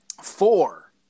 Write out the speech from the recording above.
four